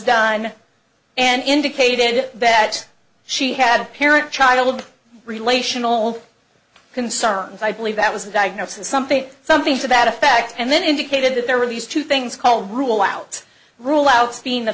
done and indicated that she had a parent child relate only concerns i believe that was a diagnosis and something something to that effect and then indicated that there were these two things call rule out rule out speaking the